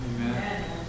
Amen